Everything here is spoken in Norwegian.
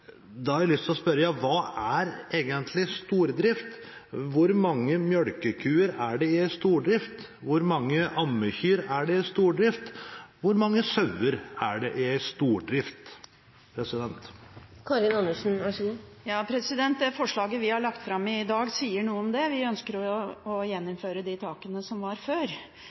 Da har jeg lyst til å spørre: Hva er egentlig stordrift? Hvor mange melkekyr er det i en stordrift, hvor mange ammekyr er det i en stordrift, og hvor mange sauer er det i en stordrift? Det forslaget vi har lagt fram i dag, sier noe om det. Vi ønsker å gjeninnføre de takene som var før.